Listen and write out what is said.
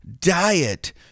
Diet